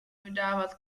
vydávat